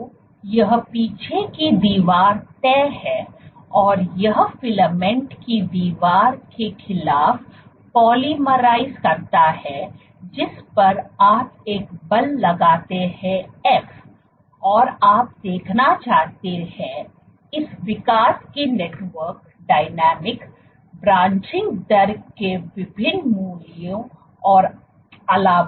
तो यह पीछे की दीवार तय है और यह फिलामेंट एक दीवार के खिलाफ पॉलीमराइज़ करता है जिस पर आप एक बल लगाते हैं f और आप देखना चाहते हैं इस विकास की नेटवर्क डायनामिक ब्रांचिंग दर के विभिन्न मूल्यों और अलावा